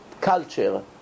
culture